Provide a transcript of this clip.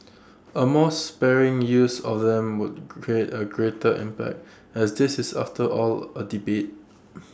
A more sparing use of them would create A greater impact as this is after all A debate